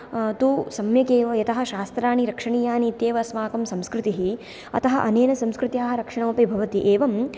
तु सम्यक् एव यतः शास्त्राणि रक्षणीयानि इत्येव अस्माकं संस्कृतिः अतः अनेन संस्कृत्याः रक्षणम् अपि भवति एवं